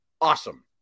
awesome